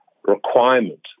Requirement